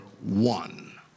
one